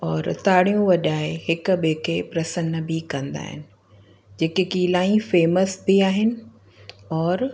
और ताड़ियूं वॼाए हिकु ॿिएं खे प्रसन्न बि कंदा आहिनि जेके कि इलाही फ़ेमस बि आहिनि और